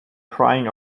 crying